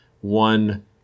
one